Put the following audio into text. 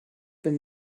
been